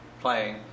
playing